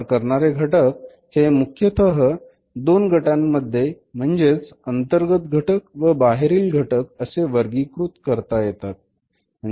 वापर करणारे घटक हे मुख्यतः दोन गटांमध्ये म्हणजेच अंतर्गत घटक व बाहेरील घटक असे वर्गीकृत करता येतात